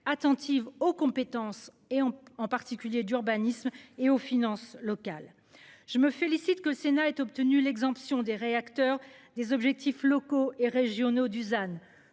attentive aux compétences et en particulier d'urbanisme et aux finances locales. Je me félicite que Senna est obtenu l'exemption des réacteurs des objectifs locaux et régionaux Dusan